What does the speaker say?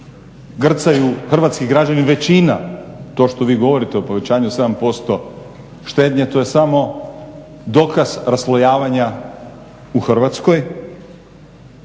grcaju hrvatski građani, većina, to što vi govorite o povećanju 7% štednje to je samo dokaz raslojavanja u Hrvatskoj.